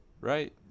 right